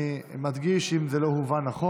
אני מדגיש, אם זה לא הובן נכון,